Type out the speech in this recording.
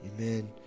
amen